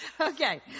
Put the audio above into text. Okay